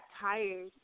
tired